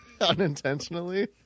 unintentionally